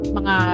mga